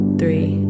three